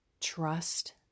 Trust